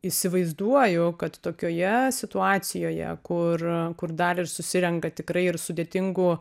įsivaizduoju kad tokioje situacijoje kur kur dar ir susirenka tikrai ir sudėtingų